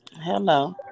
hello